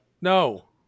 No